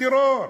בטרור".